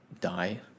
die